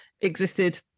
existed